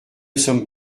sommes